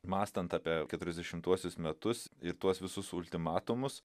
mąstant apie keturiasdešimtuosius metus ir tuos visus ultimatumus